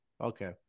Okay